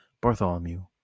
Bartholomew